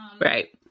Right